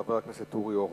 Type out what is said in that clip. חבר הכנסת אורי אורבך,